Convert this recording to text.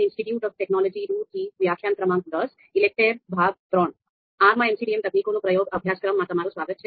R માં MCDM તકનીકો નું પ્રયોગ અભ્યાસક્રમમાં તમારું સ્વાગત છે